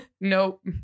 Nope